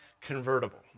convertible